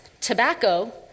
tobacco